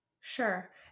Sure